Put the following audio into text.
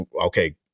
Okay